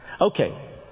Okay